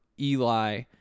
Eli